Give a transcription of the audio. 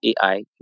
AI